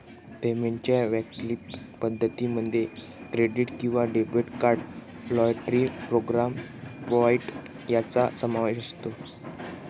पेमेंटच्या वैकल्पिक पद्धतीं मध्ये क्रेडिट किंवा debit card, loyalty programme point यांचा समावेश होतो